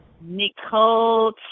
Nicole